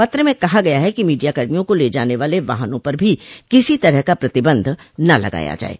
पत्र में कहा गया है कि मीडिया कर्मियों को ले जाने वाले वाहनों पर भी किसी तरह का प्रतिबंध न लगाया जाये